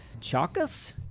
Chakas